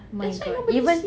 oh my god even